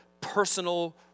personal